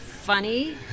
funny